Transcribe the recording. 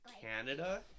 Canada